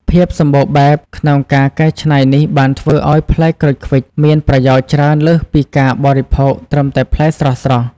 ភាពសម្បូរបែបក្នុងការកែច្នៃនេះបានធ្វើឲ្យផ្លែក្រូចឃ្វិចមានប្រយោជន៍ច្រើនលើសពីការបរិភោគត្រឹមតែផ្លែស្រស់ៗ។